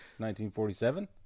1947